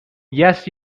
yes